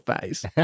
face